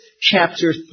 chapter